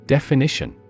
Definition